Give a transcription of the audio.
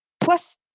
plus